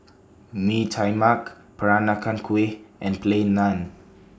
Mee Tai Mak Peranakan Kueh and Plain Naan